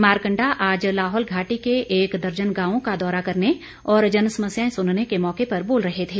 मारकंडा आज लाहौल घाटी के एक दर्जन गांवों का दौरा करने और जनसमस्याएं सुनने के मौके पर बोल रहे थे